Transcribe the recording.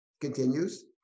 continues